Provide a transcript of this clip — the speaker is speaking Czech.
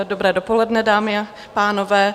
Dobré dopoledne, dámy a pánové.